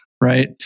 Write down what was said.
right